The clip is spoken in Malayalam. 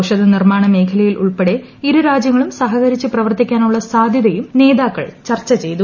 ഔഷധ നിർമാണ മേഖലയിൽ ഉൾപ്പെടെ ഇരുരാജ്യങ്ങളും സഹകരിച്ചു പ്രവർത്തിക്കാനുള്ള സാധ്യതയും നേതാക്കൾ ചർച്ച ചെയ്തു